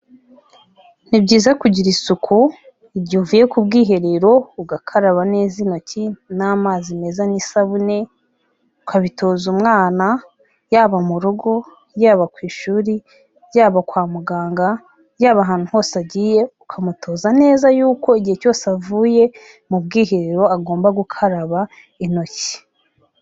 Ni byiza kugira isuku igihe uvuye ku bwiherero ugakaraba neza intoki n'amazi meza n'isabune, ukabitoza umwana, yaba mu rugo, yaba ku ishuri, yaba kwa muganga, yaba ahantu hose agiye ukamutoza neza yuko igihe cyose avuye mu bwiherero agomba gukaraba intoki.